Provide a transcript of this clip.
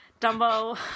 Dumbo